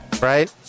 Right